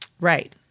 Right